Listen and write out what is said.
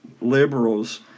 liberals